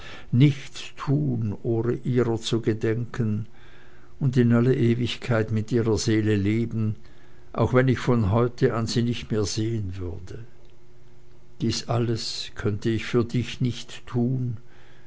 nichts tun ohne ihrer zu gedenken und in alle ewigkeit mit ihrer seele leben auch wenn ich von heute an sie nicht mehr sehen würde dies alles könnte ich für dich nicht tun